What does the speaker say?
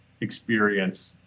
experience